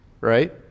right